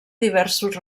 diversos